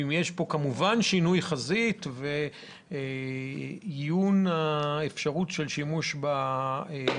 בטח אם יש פה שינוי חזית ואיון האפשרות של שימוש באיכוני